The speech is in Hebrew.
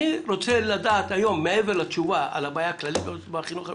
אני רוצה לדעת מעבר לתשובה על הבעיה הכללית הזו בחינוך המיוחד,